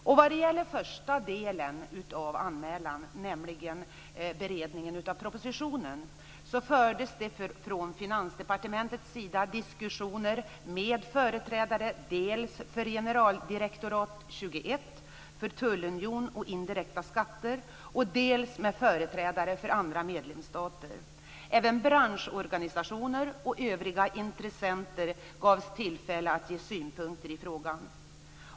Beträffande den första delen av anmälan, som handlar om beredningen av propositionen, fördes det från Finansdepartementet diskussioner dels med företrädare för generaldirektorat 21 för tullunion och indirekta skatter, dels med företrädare för andra medlemsstater. Även branschorganisationer och övriga intressenter gavs tillfälle att lämna synpunkter i frågan.